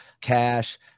cash